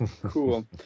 Cool